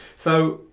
so,